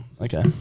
okay